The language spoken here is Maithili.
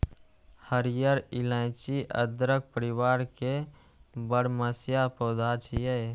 हरियर इलाइची अदरक परिवार के बरमसिया पौधा छियै